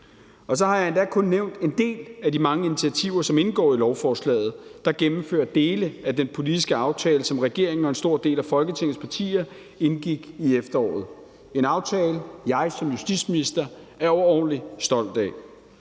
Og så har jeg endda kun nævnt en del af de mange initiativer, som indgår i lovforslaget, der gennemfører dele af den politiske aftale, som regeringen og en stor del af Folketingets partier indgik i efteråret. Det er en aftale, jeg som justitsminister er overordentlig stolt af,